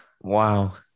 Wow